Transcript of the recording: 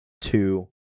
two